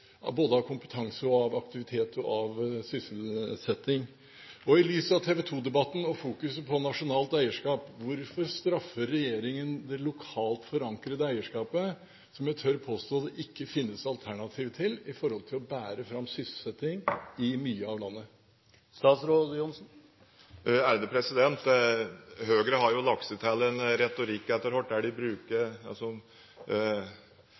av kompetanse, aktivitet og sysselsetting. I lys av TV 2-debatten og fokuset på nasjonalt eierskap, hvorfor straffer regjeringen det lokalt forankrede eierskapet, som jeg tør påstå det ikke finnes alternativ til når det gjelder å bære fram sysselsetting i mye av landet? Høyre har jo etter hvert lagt seg til en retorikk der de